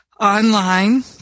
online